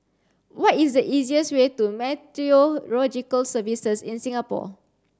what is the easiest way to Meteorological Services in Singapore